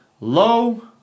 low